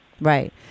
Right